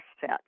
set